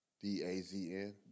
D-A-Z-N